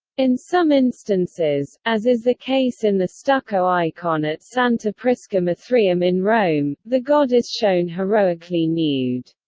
in some instances, as is the case in the stucco icon at santa prisca mithraeum in rome, the god is shown heroically nude.